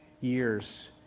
years